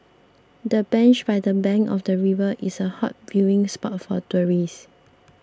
the bench by the bank of the river is a hot viewing spot for tourists